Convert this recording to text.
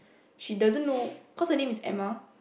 she doesn't know cause her name is Emma